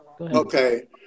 Okay